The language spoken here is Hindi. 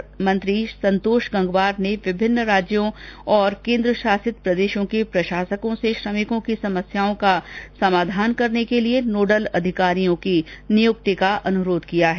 केंद्रीय श्रम और रोजगार मंत्री संतोष गंगवार ने विभिन्न राज्यों और केंद्र शासित प्रदेशों के प्रशासनों से श्रमिकों की समस्याओं का समाधान करने के लिए नोडल अधिकारियों की नियुक्ति का अनुरोध किया है